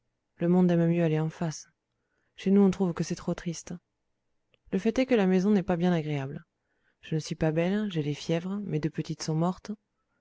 le monde aime mieux aller en face chez nous on trouve que c'est trop triste le fait est que la maison n'est pas bien agréable je ne suis pas belle j'ai les fièvres mes deux petites sont mortes